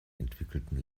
entwickelten